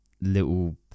little